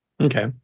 okay